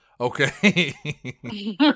Okay